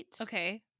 Okay